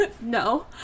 No